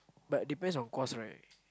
but depends on course right